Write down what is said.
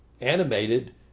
animated